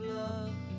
love